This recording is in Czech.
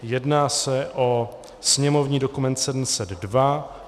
Jedná se o sněmovní dokument 702.